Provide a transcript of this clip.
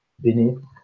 beneath